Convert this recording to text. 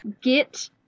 Get